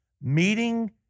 meeting